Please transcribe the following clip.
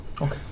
Okay